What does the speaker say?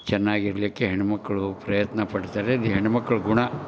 ಚೆನ್ನಾಗಿರಲಿಕ್ಕೆ ಹೆಣ್ಣು ಮಕ್ಕಳು ಪ್ರಯತ್ನಪಡ್ತಾರೆ ಅದು ಹೆಣ್ಮಕ್ಳ ಗುಣ